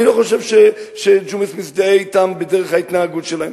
אני לא חושב שג'ומס מזדהה אתם בדרך ההתנהגות שלהם.